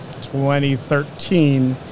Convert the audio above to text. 2013